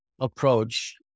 approach